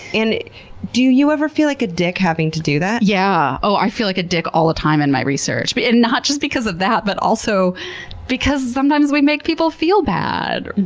and do you ever feel like a dick having to do that? yeah! oh, i feel like a dick all the time in my research. but and not just because of that, but also because sometimes we make people feel bad.